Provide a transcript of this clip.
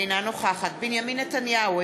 אינה נוכחת בנימין נתניהו,